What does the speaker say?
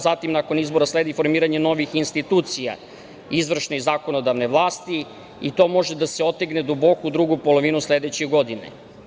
Zatim, nakon izbora sledi formiranje novih institucija izvršne i zakonodavne vlasti i to može da se otegne duboko u drugu polovinu sledeće godine.